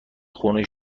خونی